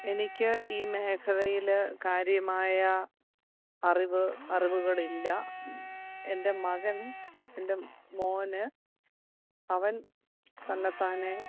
എനിക്ക് ഈ മേഖലയില് കാര്യമായ അറിവ് അറിവുകളില്ല എൻ്റെ മകൻ എൻ്റെ മോന് അവൻ തന്നത്താനെ